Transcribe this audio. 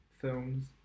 films